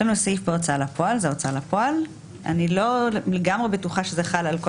יש לנו סעיף בהוצאה לפועל ואני לא לגמרי בטוחה שזה חל על כל